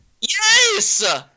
Yes